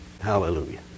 Hallelujah